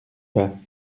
pas